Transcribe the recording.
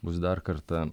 bus dar kartą